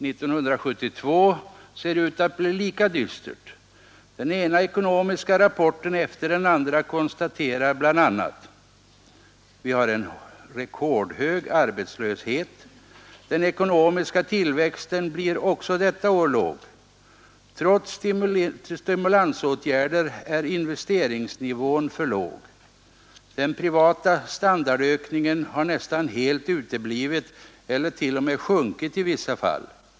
1972 ser ut att bli lika dystert. Den ena ekonomiska rapporten efter den andra konstaterar bl;a.s Vi har en rekordhög arbetslöshet. Den ekonomiska tillväxten blir också detta år låg. Trots stimulansåtgärder är investeringsnivån för låg. Den privata standardökningen har nästan helt uteblivit eller t.o.m. sjunkit i vissa fall.